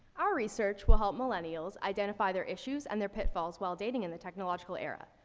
our research will help millennials identify their issues and their pitfalls while dating in the technological era.